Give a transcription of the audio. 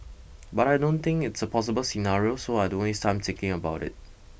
but I don't think it's a possible scenario so I don't waste time thinking about it